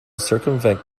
circumvent